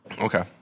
Okay